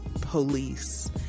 police